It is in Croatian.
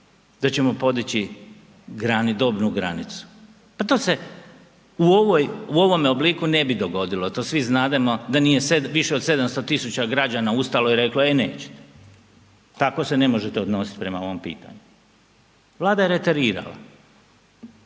da ćemo podići dobnu granicu. Pa to se u ovoj, u ovome obliku ne bi dogodilo, to svi znademo, da nije više od 700.000 građana ustalo i reklo e nećete, tako se ne možete odnositi prema ovom pitanju. Vlada je retarirala